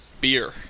beer